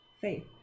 faith